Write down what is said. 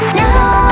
now